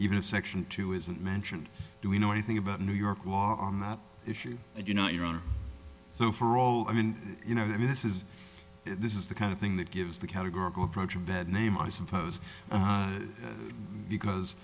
even section two isn't mentioned do we know anything about new york law on that issue that you know your honor so for all i mean you know i mean this is this is the kind of thing that gives the categorical approach a bad name i suppose because